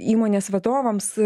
įmonės vadovams